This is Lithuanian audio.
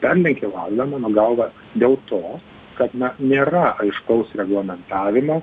perlenkė lazdą mano galva dėl to kad na nėra aiškaus reglamentavimo